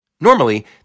Normally